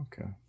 Okay